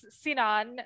sinan